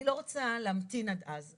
אני לא רוצה להמתין עד אז.